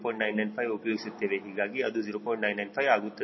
995 ಆಗುತ್ತದೆ